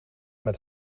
met